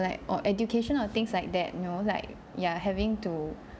like or education or things like that you know like ya having to